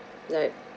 right